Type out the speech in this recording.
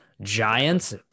giants